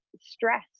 stress